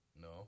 No